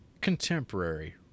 Contemporary